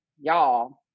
y'all